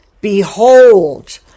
Behold